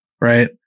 Right